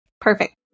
Perfect